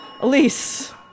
Elise